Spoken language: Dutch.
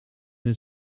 het